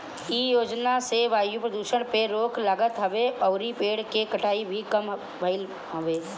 इ योजना से वायु प्रदुषण पे रोक लागत हवे अउरी पेड़ के कटाई भी कम भइल हवे